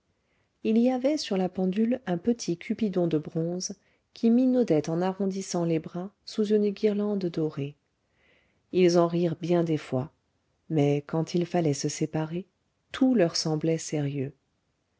il y avait sur la pendule un petit cupidon de bronze qui minaudait en arrondissant les bras sous une guirlande dorée ils en rirent bien des fois mais quand il fallait se séparer tout leur semblait sérieux